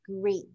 great